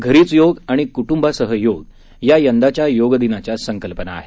घरीच योग आणि क्ट्ंबासह योग या यंदाच्या योग दिनाच्या संकल्पना आहेत